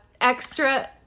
Extra